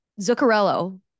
Zuccarello